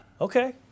Okay